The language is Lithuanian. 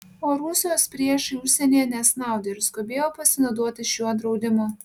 o rusijos priešai užsienyje nesnaudė ir skubėjo pasinaudoti šiuo draudimu